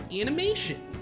animation